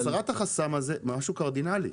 הסרת החסם הזה זה משהו קרדינלי.